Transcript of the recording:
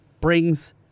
brings